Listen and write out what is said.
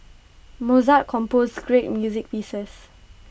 Mozart composed great music pieces